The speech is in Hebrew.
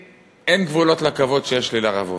אין גבולות לכבוד שיש לי לרב עובדיה,